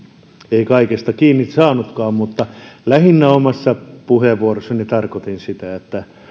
ei kaikesta kiinni saanutkaan mutta lähinnä omassa puheenvuorossani tarkoitin sitä että